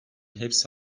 hepsi